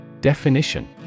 Definition